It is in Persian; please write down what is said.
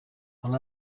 حالا